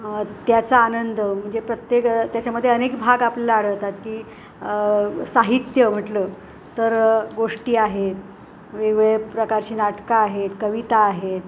त्याचा आनंद म्हणजे प्रत्येक त्याच्यामध्ये अनेक भाग आपल्याला आढळतात की साहित्य म्हटलं तर गोष्टी आहेत वेगवेगळे प्रकारची नाटकं आहेत कविता आहेत